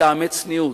מטעמי צניעות,